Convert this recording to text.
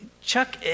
Chuck